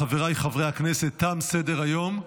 חבריי חברי הכנסת, תם סדר-היום.